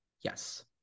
Yes